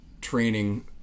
training